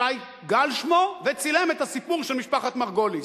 שי גל שמו, וצילם את הסיפור של משפחת מרגוליס.